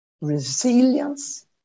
resilience